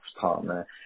partner